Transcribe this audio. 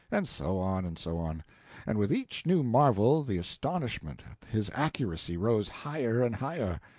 and so on and so on and with each new marvel the astonishment at his accuracy rose higher and higher.